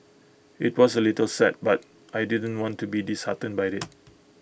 IT was A little sad but I didn't want to be disheartened by IT